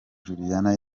juliana